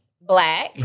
black